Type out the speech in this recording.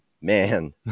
man